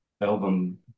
album